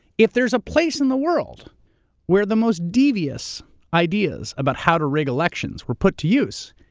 if there's a place in the world where the most devious ideas about how to rig elections were put to use,